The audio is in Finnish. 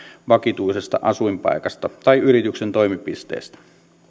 vakituisesta asuinpaikasta tai yrityksen toimipisteestä